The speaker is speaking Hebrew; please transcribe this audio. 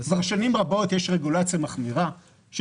כבר שנים רבות יש רגולציה מחמירה של